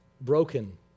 broken